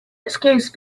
excuse